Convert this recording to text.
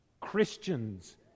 Christians